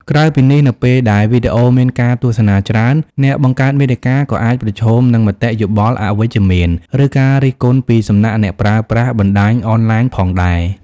ក្រៅពីនេះ នៅពេលដែលវីដេអូមានការទស្សនាច្រើន អ្នកបង្កើតមាតិកាក៏អាចប្រឈមនឹងមតិយោបល់អវិជ្ជមាន ឬការរិះគន់ពីសំណាក់អ្នកប្រើប្រាស់បណ្ដាញអនឡាញផងដែរ។